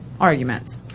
arguments